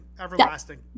Everlasting